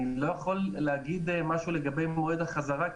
אני לא יכול להגיד משהו לגבי מועד החזרה,